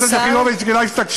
חברת הכנסת יחימוביץ, כדאי שתקשיבי.